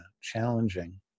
challenging